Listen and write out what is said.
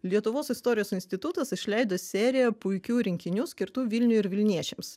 lietuvos istorijos institutas išleido seriją puikių rinkinių skirtų vilniui ir vilniečiams